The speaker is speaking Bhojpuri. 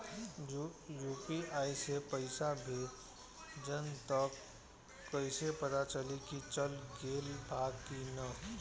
यू.पी.आई से पइसा भेजम त कइसे पता चलि की चल गेल बा की न?